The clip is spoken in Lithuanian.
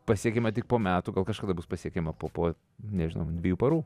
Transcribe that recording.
pasiekiama tik po metų gal kažkada bus pasiekiama po po nežinau dviejų parų